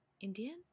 Indian